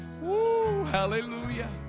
hallelujah